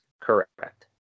Correct